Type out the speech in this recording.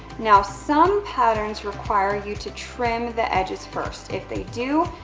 now, some patterns require you to trim the edges first. if they do,